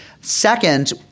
Second